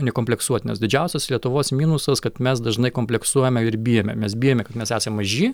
nekompleksuot nes didžiausias lietuvos minusas kad mes dažnai kompleksuojame ir bijome mes bijome kad mes esam maži